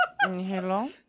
hello